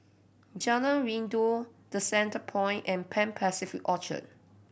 Jalan Rindu The Centrepoint and Pan Pacific Orchard